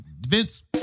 Vince